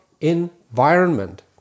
environment